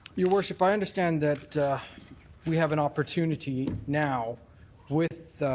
your worship, i understand that we have an opportunity now with